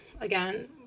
again